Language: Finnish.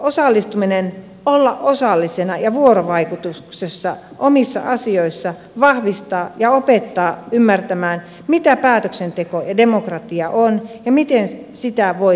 osallistuminen olla osallisena ja vuorovaikutuksessa omissa asioissa vahvistaa ja opettaa ymmärtämään mitä päätöksenteko ja demokratia ovat ja miten niitä voi myös käyttää